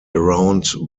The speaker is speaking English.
around